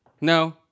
No